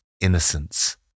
innocence